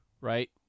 right